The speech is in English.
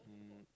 um